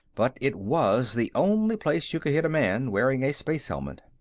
but it was the only place you could hit a man wearing a space helmet.